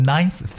Ninth